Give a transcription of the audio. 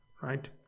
right